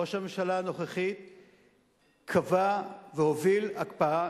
ראש הממשלה הנוכחי קבע והוביל הקפאה,